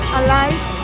alive